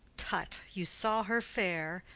tut! you saw her fair,